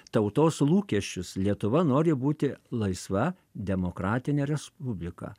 tautos lūkesčius lietuva nori būti laisva demokratinė respublika